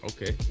Okay